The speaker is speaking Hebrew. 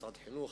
במשרד החינוך.